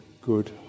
good